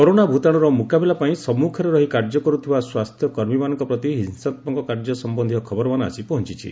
corona ଭ୍ରତାଣୁର ମୁକାବିଲା ପାଇଁ ସମ୍ମୁଖରେ ରହି କାର୍ଯ୍ୟ କରୁଥିବା ସ୍ୱାସ୍ଥ୍ୟ କର୍ମୀମାନଙ୍କ ପ୍ରତି ହିଂସାତ୍ମକ କାର୍ଯ୍ୟ ସମ୍ୟନ୍ଧୀୟ ଖବରମାନ ଆସି ପହଞ୍ଚିଛି